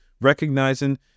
recognizing